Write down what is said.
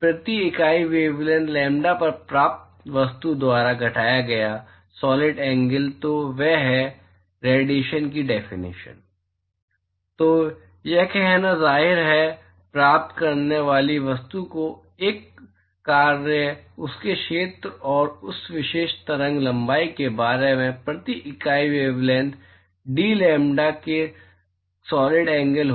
प्रति इका ईवेवलैंथ लैम्ब्डा पर प्राप्त वस्तु द्वारा घटाया गया सॉलिड एंगल तो वह है रेडिएशन की डेफिएशन तो यह करना है जाहिर है प्राप्त करने वाली वस्तु का एक कार्य उसके क्षेत्र और उस विशेष तरंग लंबाई के बारे में प्रति इकाई वेवलैंथ dlambda एक सॉलिड एंगल हो